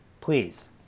Please